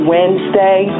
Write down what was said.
Wednesday